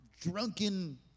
drunken